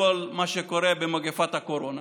עם כל מה שקורה במגפת הקורונה,